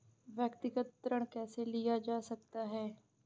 व्यक्तिगत ऋण कैसे लिया जा सकता है?